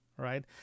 Right